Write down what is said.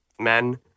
men